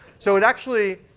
so it actually,